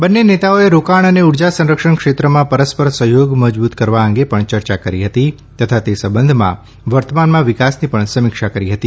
બંને નેતાઓએ રોકાણ અને ઉર્જા સંરક્ષણ ક્ષેત્રમાં પરસ્પર સહયોગ મજબુત કરવા અંગે પણ યર્યા કરી તથા તે સંબંધમાં વર્તમાનમાં વિકાસની પણ સમીક્ષા કરી હતી